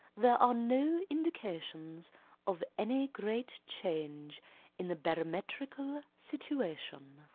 there are no indications of any great change in the barometrical situation.